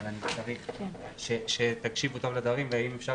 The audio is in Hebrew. אבל אני צריך שתקשיבו טוב לדברים ואם אפשר